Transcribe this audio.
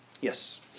Yes